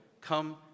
come